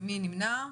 מי נמנע?